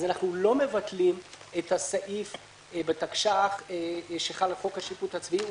אנחנו לא מבטלים את הסעיף בתקש"ח שחל על חוק השיפוט הצבאי,